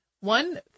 One